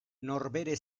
norbere